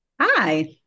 Hi